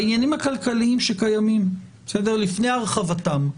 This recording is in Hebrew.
בעניינים הכלכליים שקיימים לפני הרחבתם,